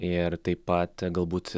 ir taip pat galbūt